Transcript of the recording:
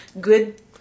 good